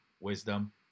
wisdom